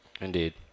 Indeed